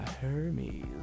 Hermes